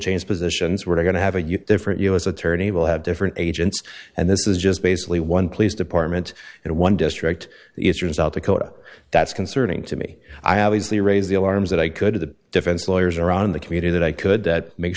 change positions we're going to have a different u s attorney will have different agents and this is just basically one police department and one district issues out the kota that's concerning to me i obviously raise the alarms that i could to the defense lawyers around the community that i could that make